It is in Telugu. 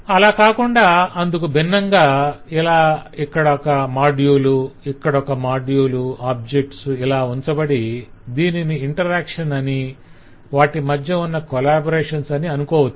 అలా కాకుండా అందుకు భిన్నంగా ఇలా ఇక్కడొక మాడ్యుల్ ఇక్కడొక మాడ్యుల్ ఆబ్జెక్ట్స్ ఇలా ఉంచబడి దీనిని ఇంటరాక్షన్ అని వాటి మధ్య ఉన్న కొలాబరేషన్స్ అని అనుకోవచ్చు